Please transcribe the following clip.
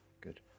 good